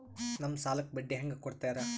ನಮ್ ಸಾಲಕ್ ಬಡ್ಡಿ ಹ್ಯಾಂಗ ಕೊಡ್ತಾರ?